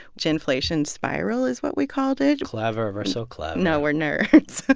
ginflation spiral is what we called it clever. we're so clever no, we're nerds.